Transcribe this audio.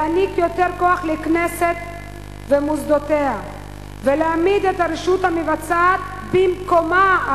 להעניק יותר כוח לכנסת ולמוסדותיה ולהעמיד את הרשות המבצעת במקומה,